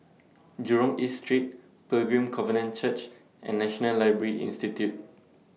Jurong East Street Pilgrim Covenant Church and National Library Institute